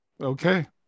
okay